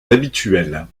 habituels